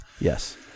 Yes